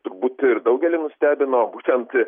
turbūt ir daugelį nustebino būtent